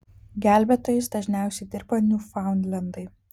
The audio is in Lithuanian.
gelbėtojais dažniausiai dirba niūfaundlendai